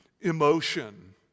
emotion